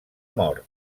mort